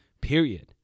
period